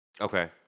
Okay